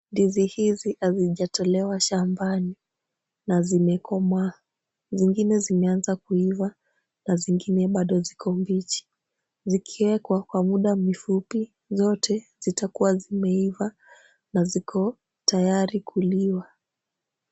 Ndizi hizi hazijatolewa shambani na zimekomaa. Zingine zimeanza kuiva na zingine bado ziko mbichi. Zikiwekwa kwa muda mfupi zote zitakuwa zimeiva na ziko tayari kuliwa.